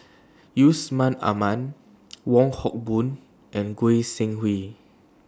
Yusman Aman Wong Hock Boon and Goi Seng Hui